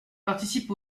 participe